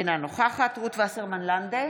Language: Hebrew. אינה נוכחת רות וסרמן לנדה,